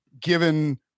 given